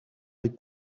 les